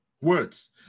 words